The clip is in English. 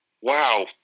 Wow